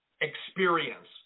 experience